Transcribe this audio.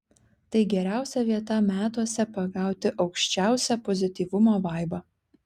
tai geriausia vieta metuose pagauti aukščiausią pozityvumo vaibą